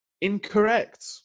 Incorrect